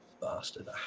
bastard